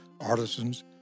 artisans